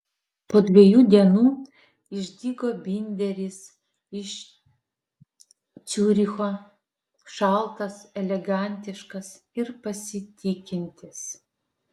po dviejų dienų išdygo binderis iš ciuricho šaltas elegantiškas ir pasitikintis